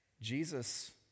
Jesus